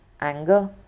anger